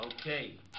Okay